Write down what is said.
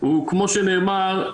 כמו שנאמר,